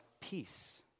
peace